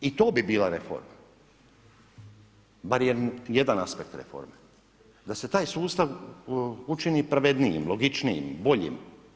I to bi bila reforma bar jedan aspekt reforme da se taj sustav učini pravednijim, logičnijim, boljim.